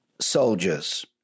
soldiers